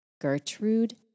Gertrude